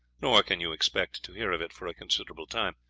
nor can you expect to hear of it for a considerable time.